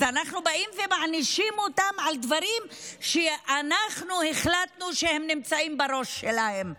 ואנחנו באים ומענישים אותם על דברים שאנחנו החלטנו שנמצאים בראש שלהם.